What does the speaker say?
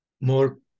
more